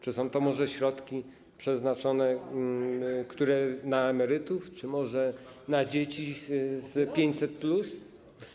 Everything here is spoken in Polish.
Czy są to może środki przeznaczone na emerytów, czy może na dzieci z 500+?